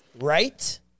right